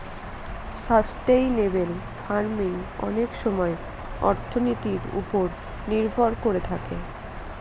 sustainable farming অনেক সময় অর্থনীতির ওপর নির্ভর করে থাকে